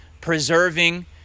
preserving